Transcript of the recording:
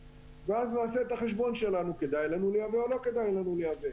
ואז נעשה את החשבון שלנו אם כדאי לנו לייבא או לא כדאי לנו לייבא.